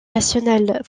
national